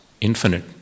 infinite